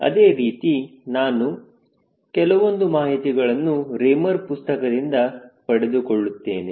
ಅದೇ ರೀತಿ ನಾನು ಕೆಲವೊಂದು ಮಾಹಿತಿಗಳನ್ನು ರೇಮರ್ ಪುಸ್ತಕದಿಂದ ಪಡೆದುಕೊಳ್ಳುತ್ತೇನೆ